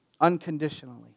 unconditionally